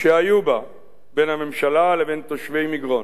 שהיו בה בין הממשלה לבין תושבי מגרון.